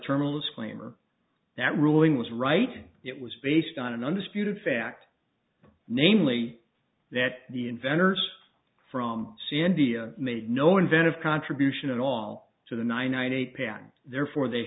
terminals flamer that ruling was right it was based on an undisputed fact namely that the inventors from sandia made no inventive contribution at all to the nine hundred eight pm therefore they